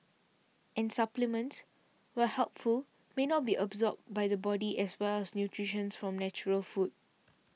and supplements while helpful may not be absorbed by the body as well as nutrients from natural food